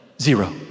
Zero